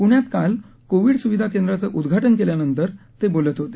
पूण्यात काल कोविड सुविधा केंद्राचं उद्घाटन केल्या नंतर ते बोलत होते